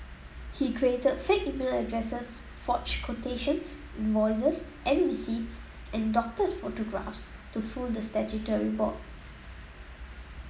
he created fake email addresses forged quotations invoices and receipts and doctored photographs to fool the statutory board